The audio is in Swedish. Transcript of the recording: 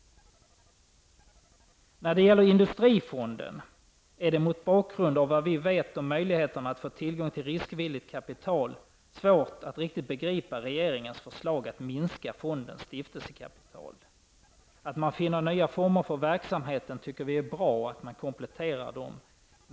När det gäller industrifonden är det mot bakgrund av vad vi vet om möjligheten att få tillgång till riskvilligt kapital svårt att riktigt begripa regeringens förslag att minska fondens stiftelsekapital. Vi anser att det är bra att man finner nya former för verksamheten och att man kompletterar dem.